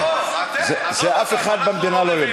אוה, אתם, עזוב אותנו,